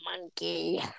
monkey